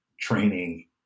Training